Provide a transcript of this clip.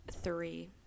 Three